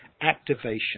activation